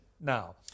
now